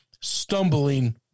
stumbling